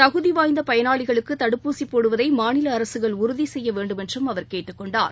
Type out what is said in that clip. தகுதி வாய்ந்த பயனாளிகளுக்கு மட்டுமே தடுப்பூசி போடுவதை மாநில அரசுகள் உறுதி செய்ய வேண்டுமென்றும் அவர் கேட்டுக்கொண்டார்